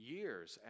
Years